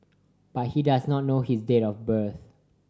but he does not know his date of birth